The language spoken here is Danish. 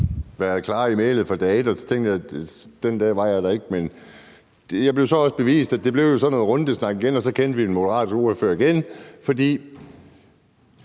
været klar i mælet fra dag et, tænkte jeg: Den dag var jeg der ikke. Men det viste sig så også, at det igen blev sådan en gang rundesnak, og så kendte vi den moderate ordfører igen. Jeg